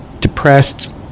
depressed